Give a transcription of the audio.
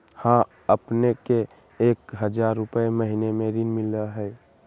हां अपने के एक हजार रु महीने में ऋण मिलहई?